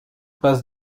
passes